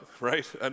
right